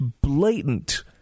blatant